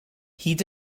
hyd